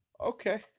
Okay